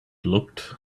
looked